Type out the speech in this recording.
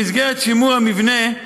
במסגרת שימור המבנה,